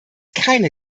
keine